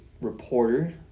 reporter